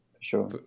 sure